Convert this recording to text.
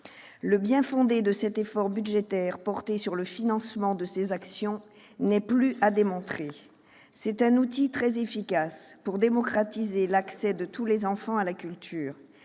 Le bien-fondé de l'effort budgétaire porté sur le financement de ces actions n'est plus à démontrer. C'est un outil très efficace pour démocratiser l'accès de tous les enfants à la culture.